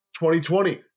2020